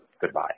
Goodbye